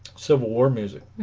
civil war music